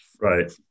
right